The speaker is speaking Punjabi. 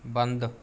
ਬੰਦ